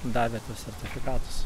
davė tuos sertifikatus